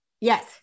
yes